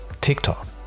TikTok